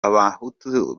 abahutu